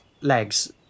legs